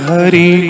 Hari